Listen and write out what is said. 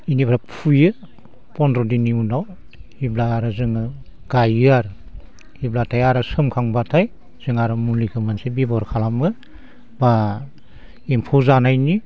बेनिफ्राय फुयो फनद्र' दिननि उनाव अब्ला आरो जोङो गायो आरो अब्लाथाय आरो सोमखांबाथाय जों आरो मुलिखौ मोनसे बेब'हार खालामो एबा एम्फौ जानायनि